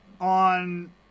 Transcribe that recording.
on